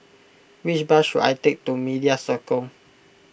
which bus should I take to Media Circle